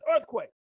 earthquake